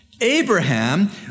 Abraham